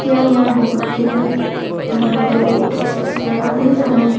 এতিয়া মই বহুতখিনি এম্ব্ৰইডাৰী তাৰপিছত চিলাই কামেই জানো